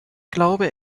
glaube